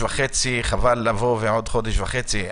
חבל לבוא בעוד חודש וחצי.